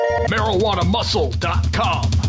MarijuanaMuscle.com